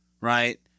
Right